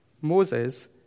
Moses